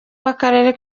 w’akarere